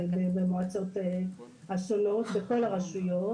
במועצות וברשויות,